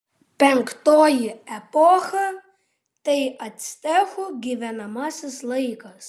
penktoji epocha tai actekų gyvenamasis laikas